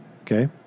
Okay